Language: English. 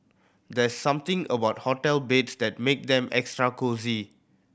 there's something about hotel beds that make them extra cosy